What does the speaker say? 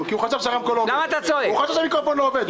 הוא חשב שהרמקול לא עובד...